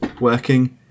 working